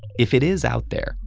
if it is out there,